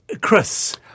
Chris